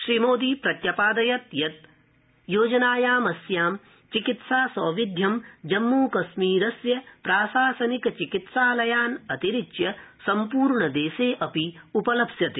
श्रीमोदी प्रत्यपादयत् यत् योजनायामस्यां चिकित्सा सौविध्यं जम्मूकश्मीरस्य प्राशासनिक चिकित्सालयान् अतिरिच्य सम्पूर्णदेशे उपलप्स्यते